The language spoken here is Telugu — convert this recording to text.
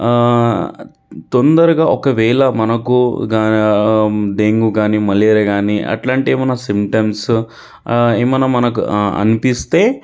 తొందరగా ఒకవేళ మనకు దా డెంగ్యూ కానీ మలేరియా కానీ అట్లాంటివి ఏమన్నా సింప్టమ్స్ ఏమన్నా మనకు అనిపిస్తే